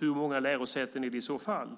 Hur många lärosäten är det i så fall